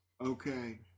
Okay